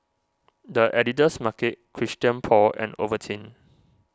the Editor's Market Christian Paul and Ovaltine